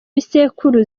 bisekuru